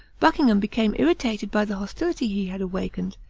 buckingham became irritated by the hostility he had awakened,